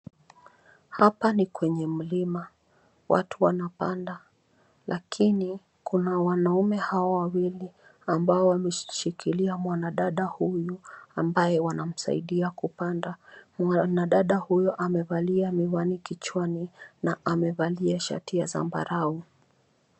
Hapa ni kwenye mlima watu wanapanda lakini kuna wanaume hawa wawili ambao wamemshikilia mwanadada huyu ambaye wanamsaidia kupanda. Mwanadada huyo amevalia miwani kichwani na amevalia shati ya zambarau.